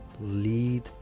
Lead